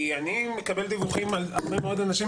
כי אני מקבל דיווחים על הרבה מאוד אנשים